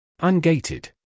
Ungated